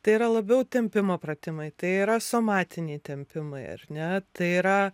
tai yra labiau tempimo pratimai tai yra somatiniai tempimai ar ne tai yra